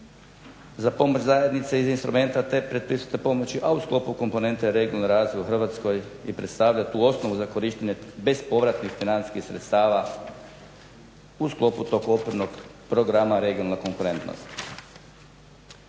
za pomoć Zajednice iz instrumenta te predpristupne pomoći a u sklopu komponente regionalni razvoj u Hrvatskoj i predstavlja tu osnovu za korištenje bespovratnih financijskih sredstava u sklopu tog okvirnog programa regionalna konkurentnost.